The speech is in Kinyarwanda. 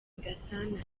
gasana